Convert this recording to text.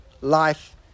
life